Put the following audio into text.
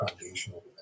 foundational